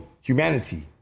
humanity